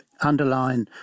underline